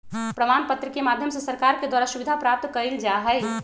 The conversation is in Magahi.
प्रमाण पत्र के माध्यम से सरकार के द्वारा सुविधा प्राप्त कइल जा हई